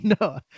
no